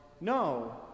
No